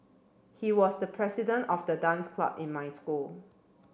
he was the president of the dance club in my school